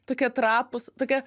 tokie trapūs tokia